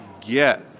get